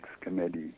committee